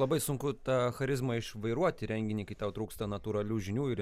labai sunku tą charizmą išvairuoti renginį kai tau trūksta natūralių žinių ir